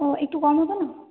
ও একটু কম হবে না